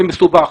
ומסובך.